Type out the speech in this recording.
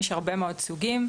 יש הרבה מאוד סוגים.